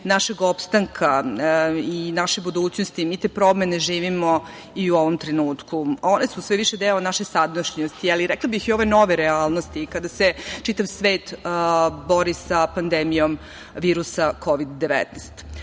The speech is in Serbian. našeg opstanka i naše budućnosti, mi te promene živimo i u ovom trenutku. One su sve više deo naše sadašnjosti, ali rekla bih i ove nove realnosti, kada se čitav svet bori sa pandemijom virusa Kovid